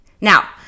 Now